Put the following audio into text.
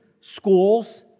schools